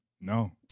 no